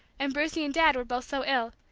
and brucie and dad were both so ill,